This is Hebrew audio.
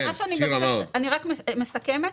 אני מסכמת.